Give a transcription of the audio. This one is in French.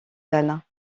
dalle